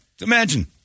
Imagine